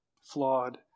flawed